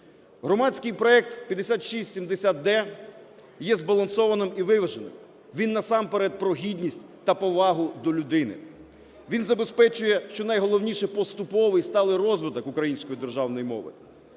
Громадський проект 5670-д є збалансованим і виваженим. Він, насамперед, про гідність та повагу до людини. Він забезпечує, щонайголовніше, поступовий сталий розвиток української державної мови.